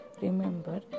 Remember